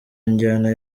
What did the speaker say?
njyana